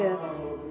gifts